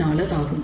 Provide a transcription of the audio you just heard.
4 ஆகும்